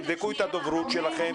תבדקו את הדוברות שלכם,